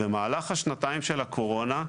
במהלך השנתיים של הקורונה,